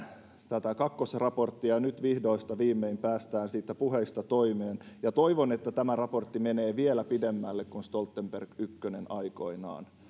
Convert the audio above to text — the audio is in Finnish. tätä kakkosraporttia ja nyt vihdoista viimein päästään sitten puheista toimeen ja toivon että tämä raportti menee vielä pidemmälle kuin stoltenberg ykkönen aikoinaan